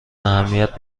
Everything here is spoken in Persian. اهمیت